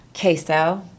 queso